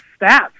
stats